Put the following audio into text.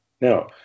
Now